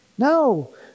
No